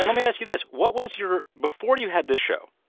and me ask you this. what was your before you had this show.